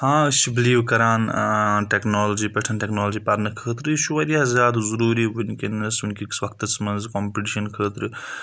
ہاں أسۍ چھِ بِلیٖو کَران ٹؠکنالجی پؠٹھ ٹیکنالجی پَرنہٕ خٲطرٕ یہِ چھُ واریاہ زیادٕ ضروٗری وٕنکیٚنَس وٕنکؠس وقتَس منٛز کَمپِٹِشَن خٲطرٕ